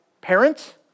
parent